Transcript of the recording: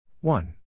one